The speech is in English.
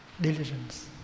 diligence